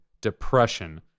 depression